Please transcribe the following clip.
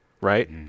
right